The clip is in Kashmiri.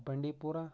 بانڈی پورہ